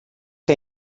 que